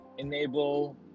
Enable